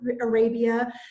Arabia